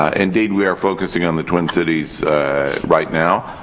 ah indeed, we are focusing on the twin cities right now.